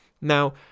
Now